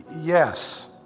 Yes